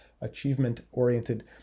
achievement-oriented